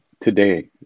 today